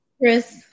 Chris